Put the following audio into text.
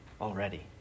already